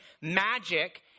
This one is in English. magic